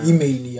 Email